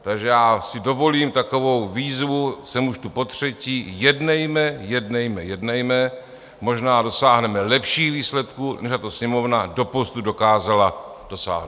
Takže si dovolím takovou výzvu, jsem už tu potřetí: Jednejme, jednejme, jednejme, možná dosáhneme lepších výsledků, než tato Sněmovna doposud dokázala dosáhnout.